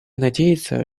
надеется